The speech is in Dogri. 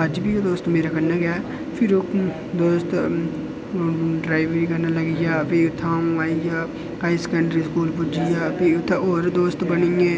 अज्ज बी ओह् दोस्त मेरे कन्नै ऐ फ्ही ओह् दोस्त ड्राइवरी करन लगी पेआ फ्ही ओह् इत्थै अ'ऊं आई गेआ हाई सैकंडरी स्कूल पुज्जी गेआ भी उत्थै होर दोस्त बनी गे